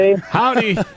Howdy